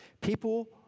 People